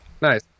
Nice